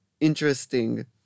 Interesting